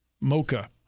mocha